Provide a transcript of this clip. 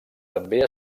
també